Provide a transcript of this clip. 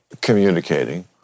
communicating